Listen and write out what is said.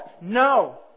No